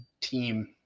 team